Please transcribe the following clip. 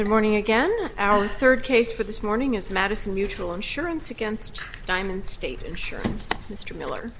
good morning again our third case for this morning is madison mutual insurance against diamond state insurance mr miller